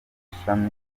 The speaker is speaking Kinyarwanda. ishami